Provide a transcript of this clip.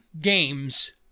games